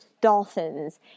dolphins